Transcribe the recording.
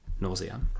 nausea